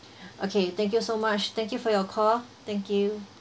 okay thank you so much thank you for your call thank you